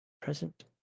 Present